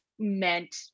meant